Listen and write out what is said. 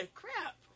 crap